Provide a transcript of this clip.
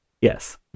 yes